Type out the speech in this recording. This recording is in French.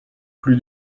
plus